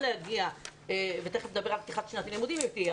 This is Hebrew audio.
להגיע - תכף נדבר על פתיחת שנת הלימודים אם היא תהיה,